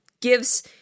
gives